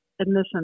admission